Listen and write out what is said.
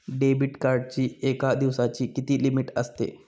Debit कार्डची एका दिवसाची किती लिमिट असते?